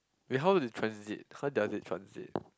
wait how long you transit how does it transit